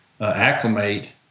Acclimate